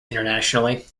internationally